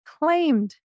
Claimed